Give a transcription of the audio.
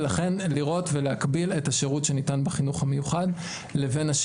לכן צריך להקביל את השירות שניתן בחינוך המיוחד לשילוב.